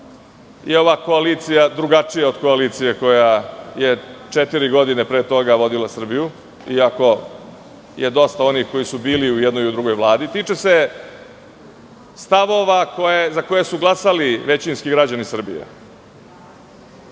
je ova koalicija drugačija od koalicije koja ječetiri godine pre toga vodila Srbiju, iako je dosta onih koji su bili i u jednoj i u drugoj Vladi, tiče se stavova za koje su glasali većinski građani Srbije. Oni